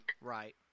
Right